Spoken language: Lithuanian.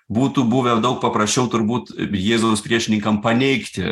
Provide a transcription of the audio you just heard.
būtų buvę daug paprasčiau turbūt jėzaus priešininkam paneigti